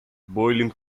boiling